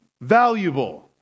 Valuable